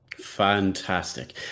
Fantastic